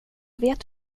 vet